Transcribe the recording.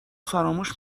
فراموش